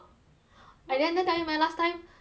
and then that time eh last time I